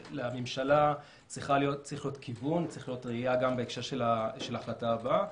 לממשלה צריך להיות כיוון וצריכה להיות ראייה גם בהקשר של ההחלטה הבאה,